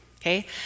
okay